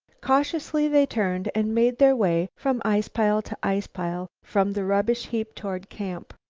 cautiously, they turned and made their way from ice-pile to ice-pile, from the rubbish heap toward camp.